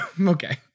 Okay